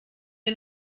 wir